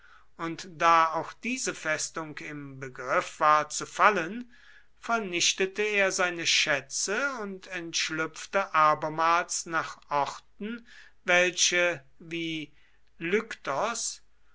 und da auch diese festung im begriff war zu fallen vernichtete er seine schätze und entschlüpfte abermals nach orten welche wie